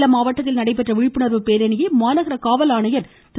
சேலம் மாவட்டத்தில் நடைபெற்ற விழிப்புணர்வு பேரணியை மாநகர காவல் ஆணையர் திரு